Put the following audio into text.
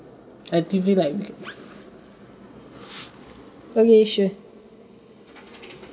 a T_V like okay sure